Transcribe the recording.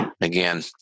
again